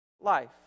life